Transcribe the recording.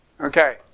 Okay